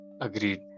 Agreed